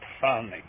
funny